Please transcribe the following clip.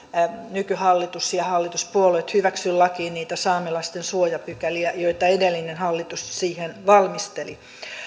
nykyhallitus ja hallituspuolueet hyväksy lakiin niitä saamelaisten suojapykäliä joita edellinen hallitus siihen valmisteli